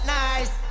nice